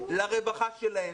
לרווחה שלהם,